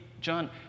John